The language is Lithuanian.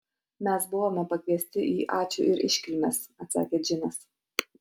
mes buvome pakviesti į ačiū ir iškilmes atsakė džinas